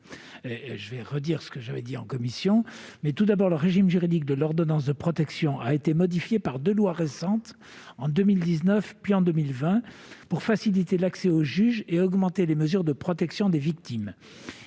les arguments évoqués en commission. Tout d'abord, le régime juridique de l'ordonnance de protection a été modifié par deux lois récentes, en 2019 puis en 2020, afin de faciliter l'accès au juge et de renforcer les mesures de protection des victimes.